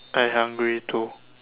I hungry too